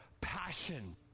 passion